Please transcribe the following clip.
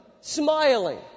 smiling